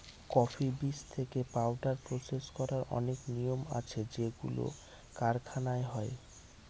coffee বীজ থেকে powder process করার অনেক নিয়ম আছে যেগুলো কারখানায় হয়